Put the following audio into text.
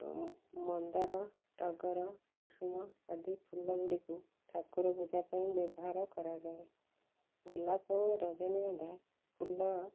ମନ୍ଦାର ଟଗର କୁସୁମ ଆଦି ଫୁଲଗୁଡ଼ିକୁ ଠାକୁର ପୂଜା ପାଇଁ ବ୍ୟବହାର କରାଯାଏ ଗୋଲାପ ଓ ରଜନୀଗନ୍ଧା ଫୁଲ